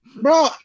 bro